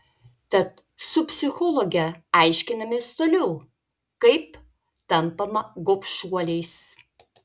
tad su psichologe aiškinamės toliau kaip tampama gobšuoliais